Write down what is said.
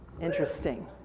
Interesting